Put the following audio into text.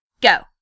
go